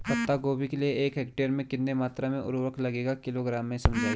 पत्ता गोभी के लिए एक हेक्टेयर में कितनी मात्रा में उर्वरक लगेगा किलोग्राम में समझाइए?